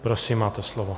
Prosím, máte slovo.